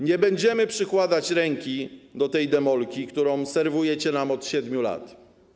Nie będziemy przykładać ręki do tej demolki, którą serwujecie nam od 7 lat.